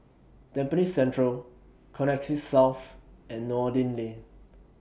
Tampines Central Connexis South and Noordin Lane